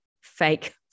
fake